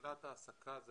תחילת ההעסקה זה